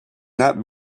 not